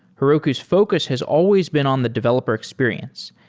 heroku's focus has always been on the developer experience,